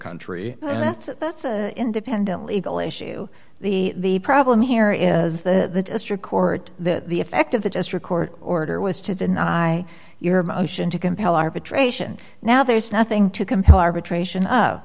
country and that's a that's a independent legal issue the problem here is the district court that the effect of the district court order was to deny your motion to compel arbitration now there's nothing to compel arbitration